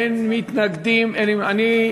אין מתנגדים, אין נמנעים.